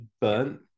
burnt